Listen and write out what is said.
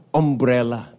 umbrella